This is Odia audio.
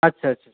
ଆଚ୍ଛା ଆଚ୍ଛା